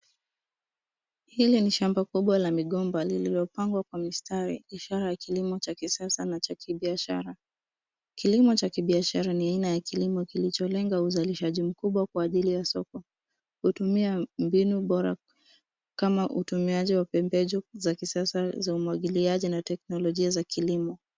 Hili ni shamba kubwa la migomba lilopangwa kwa mistari ishara ya kilimo cha kisasa na cha kibiashara. Kilimo cha kibiashara ni aina ya kilimo kilicholenga uzalishaji mkubwa kwa ajili ya soko. Hutumia mbinu bora kama utumiaji wa pembejo za kisasa za umwagiliaji na teknolojia za kilimo.